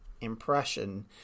impression